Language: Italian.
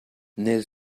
nel